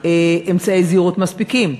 אמצעי זהירות מספיקים.